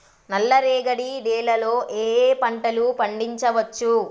నల్లరేగడి నేల లో ఏ ఏ పంట లు పండించచ్చు?